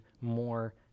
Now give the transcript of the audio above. more